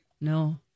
No